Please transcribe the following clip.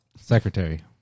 Secretary